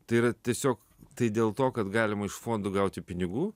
tai yra tiesiog tai dėl to kad galima iš fondų gauti pinigų